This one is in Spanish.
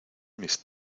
mis